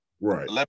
Right